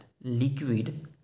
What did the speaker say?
liquid